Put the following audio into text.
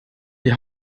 die